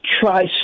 try